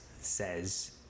says